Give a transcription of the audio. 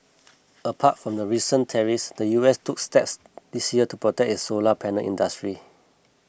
apart from the recent tariffs the U S took steps this year to protect its solar panel industry